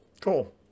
Cool